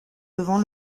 devant